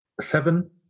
seven